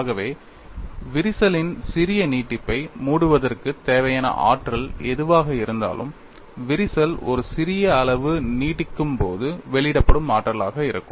ஆகவே விரிசலின் சிறிய நீட்டிப்பை மூடுவதற்குத் தேவையான ஆற்றல் எதுவாக இருந்தாலும் விரிசல் ஒரு சிறிய அளவு நீட்டிக்கும்போது வெளியிடப்படும் ஆற்றலாக இருக்கும்